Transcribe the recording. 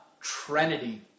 Trinity